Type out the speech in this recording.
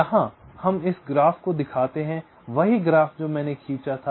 यहां हम इस ग्राफ को दिखाते हैं वही ग्राफ जो मैंने खींचा था